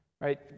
Right